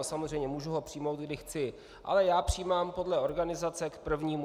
Samozřejmě, mohu ho přijmout, kdy chci, ale já přijímám podle organizace k prvnímu.